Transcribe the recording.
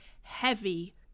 heavy